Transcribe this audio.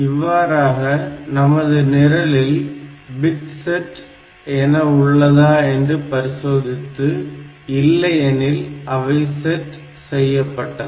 இவ்வாறாக நமது நிரலில் பிட் செட் என உள்ளதா என்று பரிசோதித்து இல்லையெனில் அவை செட் செய்யப்பட்டன